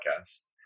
podcast